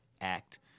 act